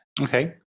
Okay